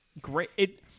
great